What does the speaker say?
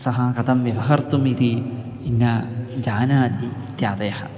सः कथं व्यवहर्तुम् इति न जानाति इत्यादयः